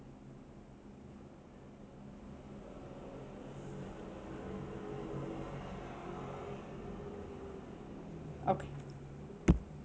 okay